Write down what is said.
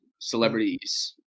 celebrities